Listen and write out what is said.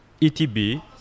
ETB